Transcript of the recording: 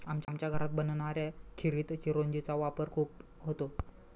आमच्या घरात बनणाऱ्या खिरीत चिरौंजी चा वापर खूप होतो